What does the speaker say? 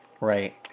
Right